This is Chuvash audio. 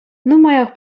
нумаях